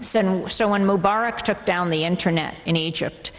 so and so when mubarak took down the internet in egypt